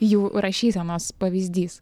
jų rašysenos pavyzdys